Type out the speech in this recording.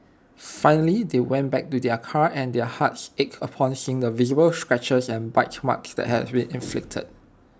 finally they went back to their car and their hearts ached upon seeing the visible scratches and bite marks that had been inflicted